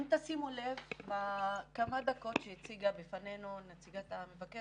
אם שמתם לב למה שהציגה בפנינו נציגת המבקר,